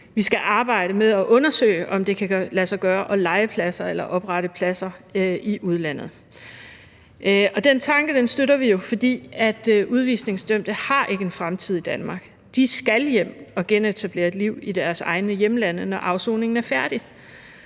med at undersøge, om det kan lade sig gøre at leje pladser eller oprette pladser i udlandet. Og den tanke støtter vi jo, fordi udvisningsdømte ikke har en fremtid i Danmark. De skal hjem og genetablere et liv i deres egne hjemlande, når afsoningen er færdig.